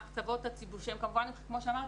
ההקצבות שהם כמובן כמו שאמרתי,